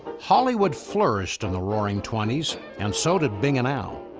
hollywood flourished in the roaring twenty s and so did bing and al.